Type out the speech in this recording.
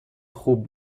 خوب